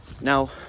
Now